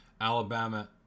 Alabama